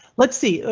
let's see, ah